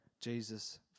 Jesus